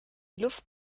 luft